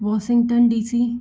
Washington DC